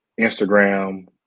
Instagram